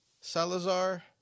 Salazar